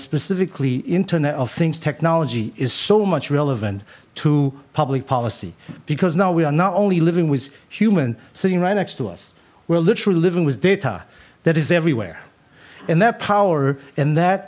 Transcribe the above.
specifically internet of things technology is so much relevant to public policy because now we are not only living with human sitting right next to us we're literally living with data that is everywhere and that power and that